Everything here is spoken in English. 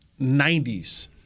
90s